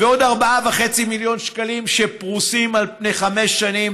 ועוד 4.5 מיליון שקלים שפרושים על פני חמש שנים,